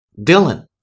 Dylan